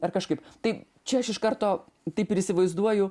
ar kažkaip tai čia aš iš karto taip ir įsivaizduoju